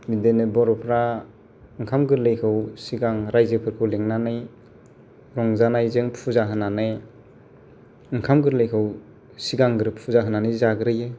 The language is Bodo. बिदिनो बर'फ्रा ओंखाम गोरलैखौ सिगां रायजोफोरखौ लिंनानै रंजानायजों फुजा होनानै ओंखाम गोरलैखौ सिगांग्रो फुजा होनानै जाग्रोयो